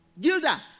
Gilda